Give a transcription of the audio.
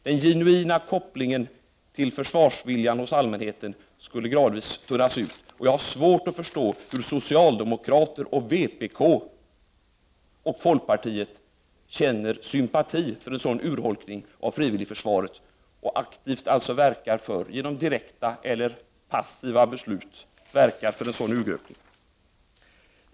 Den genuina kopplingen till försvarsviljan hos allmänheten skulle gradvis tunnas ut. Jag har svårt att förstå att socialdemokrater, vpk och folkpartiet känner sympati för en sådan urholkning av frivilligförsvaret och aktivt verkar för — genom direkta eller passiva beslut — en sådan urgröpning.